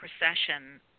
procession